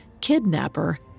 kidnapper